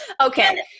Okay